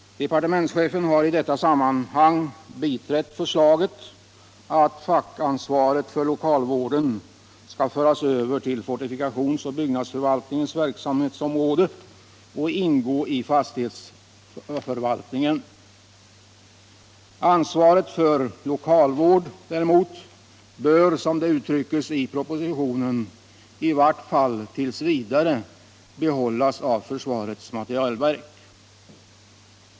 Departementschefen har i detta sammanhang biträtt förslaget att fackansvaret för lokalvården skall föras över till fortifikationsoch bygg nadsförvaltningens verksamhetsområde och ingå i fastighetsförvaltningen. Ansvaret för lokalvård däremot bör, som det uttrycks i propositionen, i varje fall tills vidare behållas av försvarets materielverk.